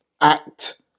act